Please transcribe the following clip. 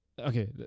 Okay